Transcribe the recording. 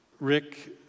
Rick